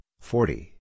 forty